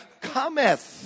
cometh